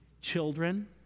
Children